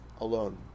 alone